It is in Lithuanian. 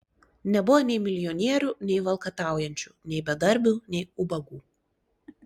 nebuvo nei milijonierių nei valkataujančių nei bedarbių nei ubagų